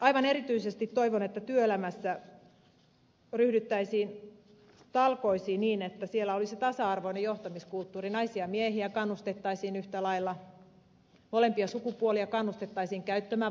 aivan erityisesti toivon että työelämässä ryhdyttäisiin talkoisiin niin että siellä olisi tasa arvoinen johtamiskulttuuri naisia ja miehiä kannustettaisiin yhtä lailla molempia sukupuolia kannustettaisiin käyttämään vanhempainvapaata